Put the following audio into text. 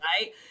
Right